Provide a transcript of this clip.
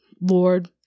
Lord